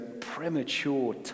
premature